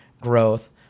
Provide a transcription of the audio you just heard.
growth